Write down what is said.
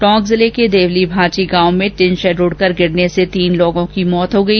टोंक जिले के देवली भांची गांव में टिनशेड उडकर गिरने से तीन लोगों की मौत हो गई